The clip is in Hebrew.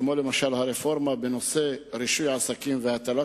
כמו למשל הרפורמה בנושא רישוי עסקים והטלת